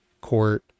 court